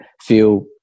feel